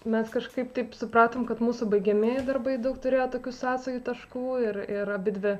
mes kažkaip taip supratom kad mūsų baigiamieji darbai daug turėjo tokių sąsajų taškų ir ir abidvi